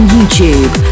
YouTube